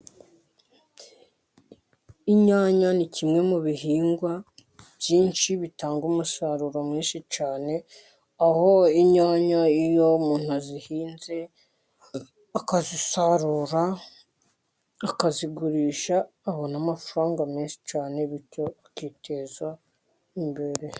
Inyanya ni kimwe mu bihingwa byinshi bitanga umusaruro mwinshi cyane, aho inyanya iyo umuntu azihinze, akazisarura, akazigurisha, abona amafaranga menshi cyane, bityo akiteza imbere.